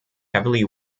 heavily